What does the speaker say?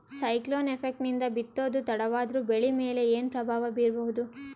Cyclone effect ನಿಂದ ಬಿತ್ತೋದು ತಡವಾದರೂ ಬೆಳಿ ಮೇಲೆ ಏನು ಪ್ರಭಾವ ಬೀರಬಹುದು?